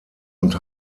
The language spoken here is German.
und